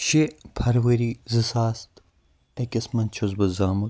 شیٚے فرؤری زٕ ساس أکِس مَنٛز چھُس بہٕ زامُت